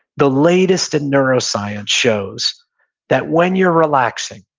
the latest in neuroscience shows that when you're relaxing,